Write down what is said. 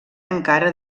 encara